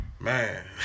Man